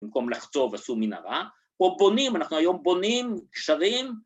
‫במקום לחצוב עשו מנהרה, ‫או פונים, אנחנו היום פונים, שרים.